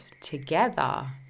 together